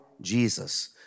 Jesus